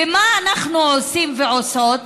ומה אנחנו עושים ועושות?